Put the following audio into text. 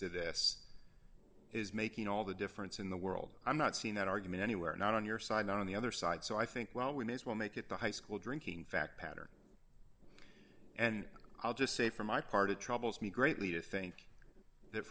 of this is making all the difference in the world i'm not seeing that argument anywhere not on your side on the other side so i think while we may as well make it the high school drinking fact pattern and i'll just say for my part it troubles me greatly to think th